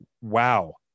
wow